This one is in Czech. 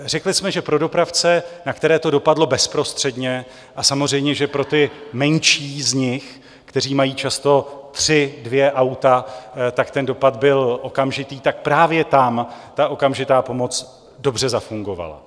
Řekli jsme, že pro dopravce, na které to dopadlo bezprostředně, a samozřejmě že pro ty menší z nich, kteří mají často tři, dvě auta, ten dopad byl okamžitý, právě tam okamžitá pomoc dobře zafungovala.